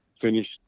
finished